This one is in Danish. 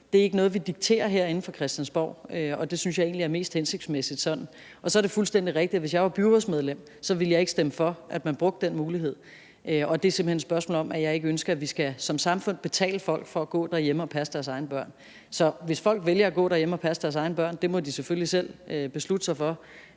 Det er ikke noget, vi dikterer herinde fra Christiansborg. Det synes jeg egentlig er mest hensigtsmæssigt. Så er det fuldstændig rigtigt, at hvis jeg var byrådsmedlem ville jeg ikke stemme for, at man brugte den muligheden. Det er simpelt hen et spørgsmål om, at jeg ikke ønsker, at vi som samfund skal betale folk for at gå derhjemme og passe deres egne børn. Folk kan vælge at gå derhjemme og passe deres egne børn. Det må de selvfølgelig selv besluttet sig for;